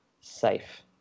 safe